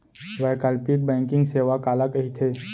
वैकल्पिक बैंकिंग सेवा काला कहिथे?